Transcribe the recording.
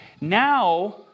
now